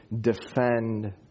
defend